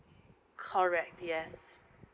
correct yes